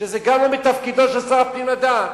שזה גם לא מתפקידו של שר הפנים לדעת.